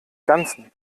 ganzen